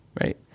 right